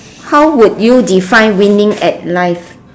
how would you define winning at life